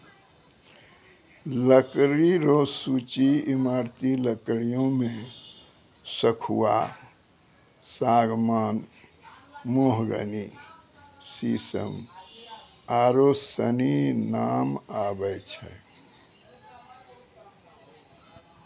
लकड़ी रो सूची ईमारती लकड़ियो मे सखूआ, सागमान, मोहगनी, सिसम आरू सनी नाम आबै छै